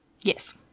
Yes